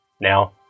Now